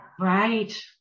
Right